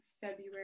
February